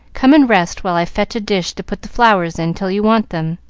come and rest while i fetch a dish to put the flowers in till you want them